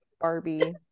Barbie